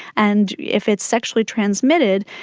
and if it's sexually transmitted,